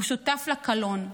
הוא שותף לקלון.